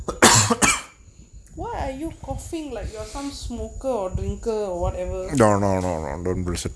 why are you coughing like you some smoker or drinker or whatever